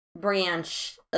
branch